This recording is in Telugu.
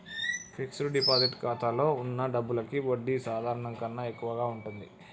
ఫిక్స్డ్ డిపాజిట్ ఖాతాలో వున్న డబ్బులకి వడ్డీ సాధారణం కన్నా ఎక్కువగా ఉంటది